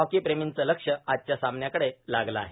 हॉकीप्रेमींचं लक्ष आजच्या सामन्याकडे लागलं आहे